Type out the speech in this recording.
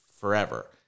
forever